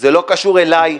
זה לא קשור אליי,